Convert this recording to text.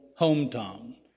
hometown